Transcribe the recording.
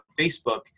Facebook